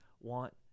want